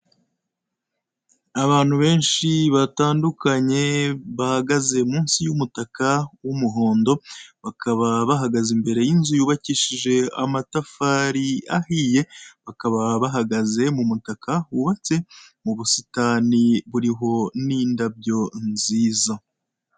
Abantu benshi batandukanye bahagaze munsi y'umutaka w'umuhondo bakaba bahagaze imbere y'inzu yubakishije amatafari ahiye bakaba bahagaze mumutaka wubatse mubusitani buriho n'indabyo nziza.